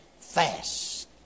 fast